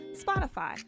Spotify